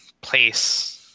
place